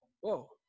whoa